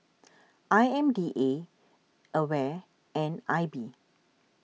I M D A Aware and I B